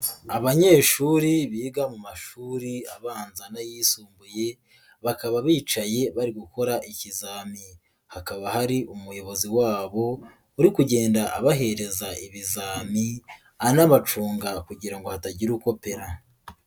Abanyeshuri biga mu mashuri abanza n'ayisumbuye, bakaba bicaye bari gukora ikizami. Hakaba hari umuyobozi wabo uri kugenda abahereza ibizami, anabacunga kugira ngo hatagira ukopera.